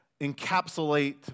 encapsulate